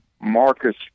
Marcus